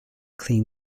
clean